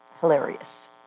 hilarious